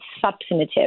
substantive